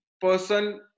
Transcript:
person